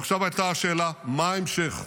ועכשיו הייתה השאלה: מה ההמשך?